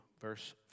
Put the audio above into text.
verse